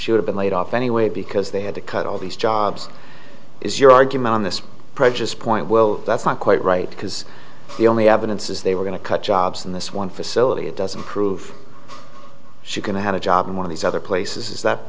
should have been laid off anyway because they had to cut all these jobs is your argument on this precious point well that's not quite right because the only evidence is they were going to cut jobs in this one facility it doesn't prove she going to have a job in one of these other places is that